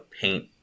paint